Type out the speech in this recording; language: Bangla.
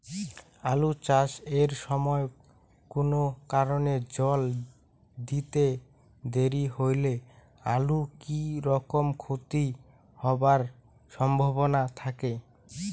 আলু চাষ এর সময় কুনো কারণে জল দিতে দেরি হইলে আলুর কি রকম ক্ষতি হবার সম্ভবনা থাকে?